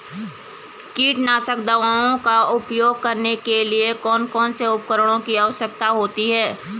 कीटनाशक दवाओं का उपयोग करने के लिए कौन कौन से उपकरणों की आवश्यकता होती है?